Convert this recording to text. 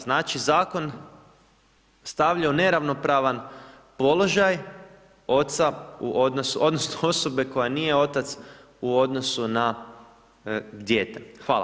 Znači zakon stavlja u neravnopravan položaj oca odnosno osobe koja nije otac u odnosu na dijete.